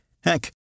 Heck